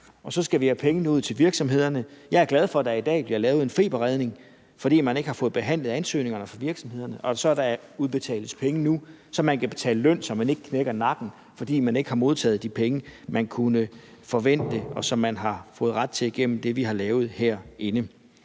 Og så skal vi have pengene ud til virksomhederne. Jeg er glad for, at der i dag bliver lavet en feberredning, fordi man ikke har fået behandlet ansøgningerne fra virksomhederne, og så der kan udbetales penge nu, så man kan betale løn, så man ikke knækker nakken, fordi man ikke har modtaget de penge, man kunne forvente, og som man har fået ret til igennem det, vi har lavet herinde.